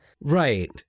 right